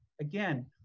again